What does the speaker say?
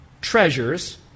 treasures